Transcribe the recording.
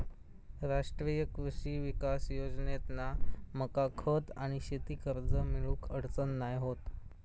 राष्ट्रीय कृषी विकास योजनेतना मका खत आणि शेती कर्ज मिळुक अडचण नाय होत